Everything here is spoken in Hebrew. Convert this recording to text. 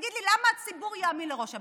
תגיד לי: למה שהציבור יאמין לראש הממשלה?